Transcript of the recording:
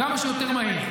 כמה שיותר מהר.